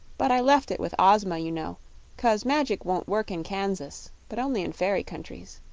but i left it with ozma, you know cause magic won't work in kansas, but only in fairy countries.